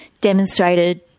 demonstrated